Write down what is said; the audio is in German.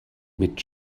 mit